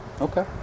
Okay